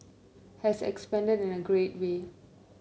has expanded in a great way